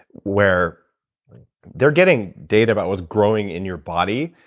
where they're getting data about what's growing in your body,